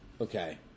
okay